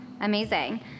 Amazing